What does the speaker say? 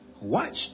Watch